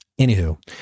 Anywho